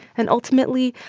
and ultimately,